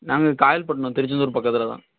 நாங்கள் காயல்பட்டிணோம் திருச்செந்தூர் பக்கத்தில் தான்